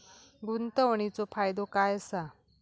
गुंतवणीचो फायदो काय असा?